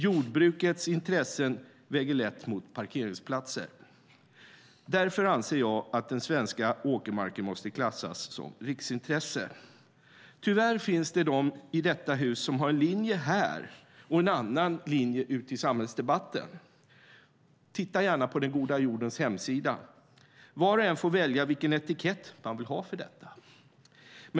Jordbrukets intressen väger lätt mot parkeringsplatser. Därför anser jag att den svenska åkermarken måste klassas som riksintresse. Tyvärr finns det de i detta hus som har en linje här och en annan ute i samhällsdebatten. Titta gärna på Den goda jordens hemsida. Var och en får välja vilken etikett man vill ha för detta.